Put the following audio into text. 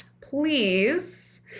please